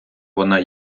вона